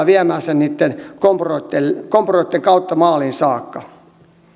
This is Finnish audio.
viemään hänet niitten kompurointien kompurointien kautta maaliin saakka